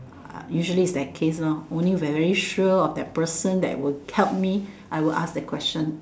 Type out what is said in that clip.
ah usually is that case lor only when I'm very sure of that person that will help me I will ask the question